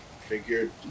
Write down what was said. figured